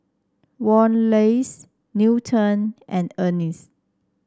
Wallace Newton and Ennis